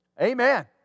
Amen